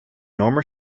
norma